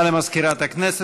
התשע"ח 2018,